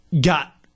got